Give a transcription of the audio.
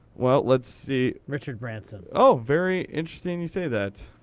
well, let's see. richard branson. oh, very interesting you say that.